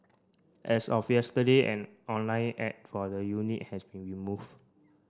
as of yesterday an online ad for the unit has been removed